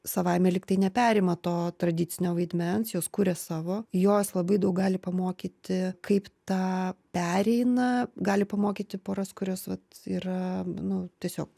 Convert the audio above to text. savaime lyg tai neperima to tradicinio vaidmens jos kuria savo jos labai daug gali pamokyti kaip tą pereina gali pamokyti poras kurios vat yra nu tiesiog